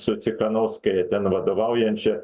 su cichanouskaja ten vadovaujančia